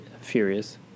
Furious